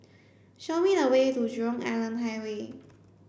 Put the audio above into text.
show me the way to Jurong Island Highway